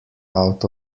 out